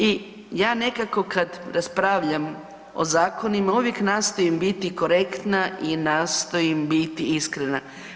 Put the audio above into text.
I ja nekako kad raspravljam o zakonima uvijek nastojim biti korektna i nastojim biti iskrena.